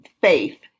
faith